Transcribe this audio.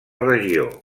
regió